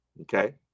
Okay